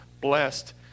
blessed